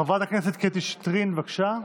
חברת הכנסת קטי שטרית, בבקשה.